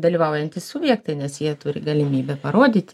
dalyvaujantys subjektai nes jie turi galimybę parodyti